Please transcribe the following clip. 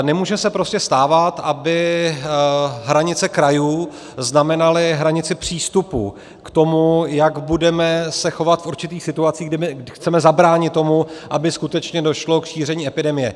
Nemůže se prostě stávat, aby hranice krajů znamenaly hranici přístupu k tomu, jak se budeme chovat v určitých situacích, kdy chceme zabránit tomu, aby skutečně došlo k šíření epidemie.